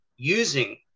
using